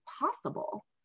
possible